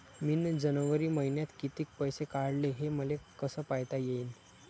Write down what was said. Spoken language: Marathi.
मिन जनवरी मईन्यात कितीक पैसे काढले, हे मले कस पायता येईन?